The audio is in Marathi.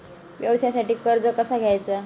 व्यवसायासाठी कर्ज कसा घ्यायचा?